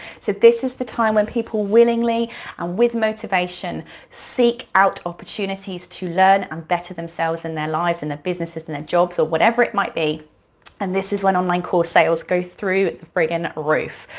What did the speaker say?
so this is the time when people willingly and with motivation seek out opportunities to learn and better themselves in their lives and their businesses and their jobs or whatever it might be and this is when online course sales go through the frickin' roof.